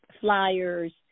flyers